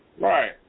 Right